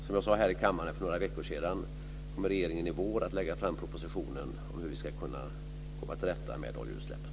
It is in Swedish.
Som jag sade här i kammaren för några veckor sedan kommer regeringen i vår att lägga fram en proposition om hur vi ska kunna komma till rätta med oljeutsläppen.